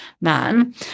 man